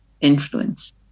influence